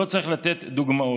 לא צריך לתת דוגמאות.